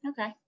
Okay